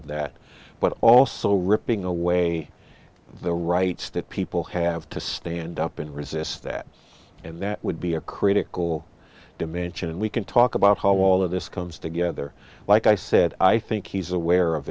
of that but also ripping away the rights that people have to stand up and resist that and that would be a critical dimension and we can talk about how all of this comes together like i said i think he's aware of